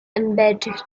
embedded